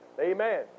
Amen